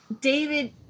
David